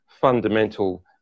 fundamental